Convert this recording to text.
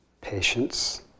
patience